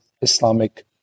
islamic